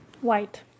white